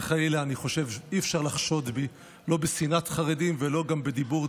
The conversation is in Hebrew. אלהרר, אינה נוכחת,